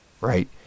right